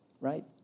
right